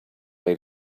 made